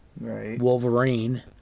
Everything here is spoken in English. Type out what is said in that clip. Wolverine